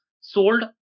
sold